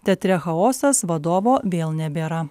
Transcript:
teatre chaosas vadovo vėl nebėra